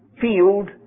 field